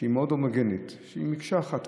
שהיא מאוד הומוגנית, שהיא מקשה אחת.